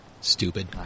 stupid